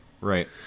Right